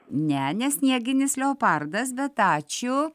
ne ne snieginis leopardas bet ačiū